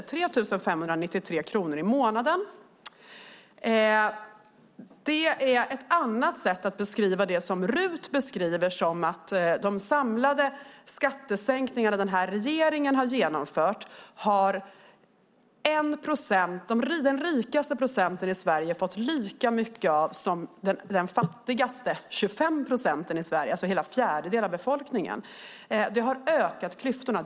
Det är 3 593 kronor i månaden. Det är ett annat sätt att beskriva det som Rut beskriver så här: Av de samlade skattesänkningar som den här regeringen har genomfört har den rikaste procenten i Sverige fått lika mycket som de fattigaste 25 procenten, alltså en fjärdedel av befolkningen. Det har ökat klyftorna.